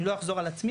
אני לא אחזור על עצמי,